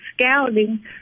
scouting